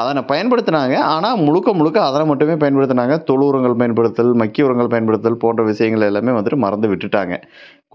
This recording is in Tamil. அதனை பயன்படுத்தினாங்க ஆனால் முழுக்க முழுக்க அதில் மட்டுமே பயன்படுத்தினாங்க தொழு உரங்கள் பயன்படுத்துதல் மட்கிய உரங்கள் பயன்படுத்துதல் போன்ற விஷயங்கள எல்லாமே வந்துட்டு மறந்து விட்டுவிட்டாங்க